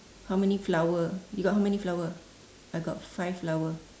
how many flower you got how many flower I got five flower